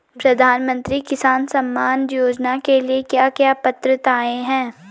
प्रधानमंत्री किसान सम्मान योजना के लिए क्या क्या पात्रताऐं हैं?